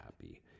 happy